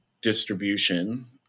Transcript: distribution